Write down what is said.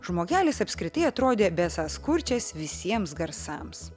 žmogelis apskritai atrodė besąs kurčias visiems garsams